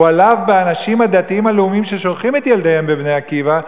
הוא עלב באנשים הדתיים-הלאומיים ששולחים את ילדיהם ל"בני עקיבא",